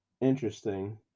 interesting